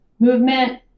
movement